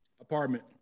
Apartment